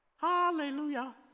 Hallelujah